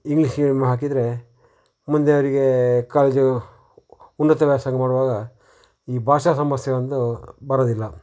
English ಮಿಮ್ ಹಾಕಿದರೆ ಮುಂದೆ ಅದರಿಗೆ ಕಾಲ್ಜು ಉನ್ನತ ವ್ಯಾಸಂಗ ಮಾಡುವಾಗ ಈ ಭಾಷಾ ಸಮಸ್ಯೆ ಒಂದು ಬರೋದಿಲ್ಲ